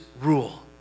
rule